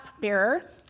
bearer